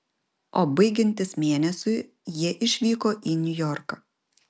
o baigiantis mėnesiui jie išvyko į niujorką